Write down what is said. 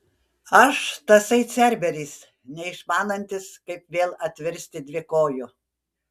aš tasai cerberis neišmanantis kaip vėl atvirsti dvikoju